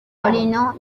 molino